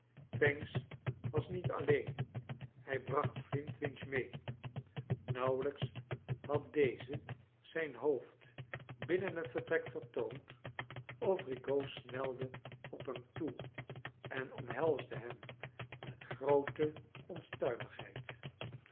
pancks was met alleen hij bracht flintwinch mee nauwelijks had deze zijn hoofd binnen het vertrek vertoond of eigaud snelde op hem toe en omhelsde hem met groote